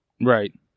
Right